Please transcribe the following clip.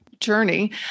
journey